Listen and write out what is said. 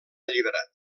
alliberat